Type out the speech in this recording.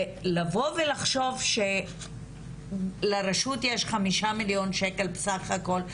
ולבוא ולחשוב שלרשות יש 5 מיליון שקל בסך הכל,